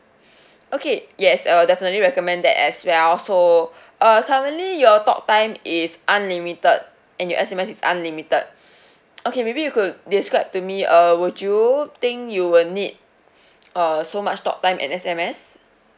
okay yes I will definitely recommend that as well so uh currently your talk time is unlimited and your S_M_S is unlimited okay maybe you could describe to me err would you think you will need err so much talk time and S_M_S